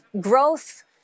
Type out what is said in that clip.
growth